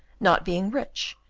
not being rich,